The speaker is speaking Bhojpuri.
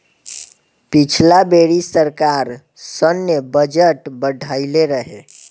पिछला बेरी सरकार सैन्य बजट बढ़इले रहे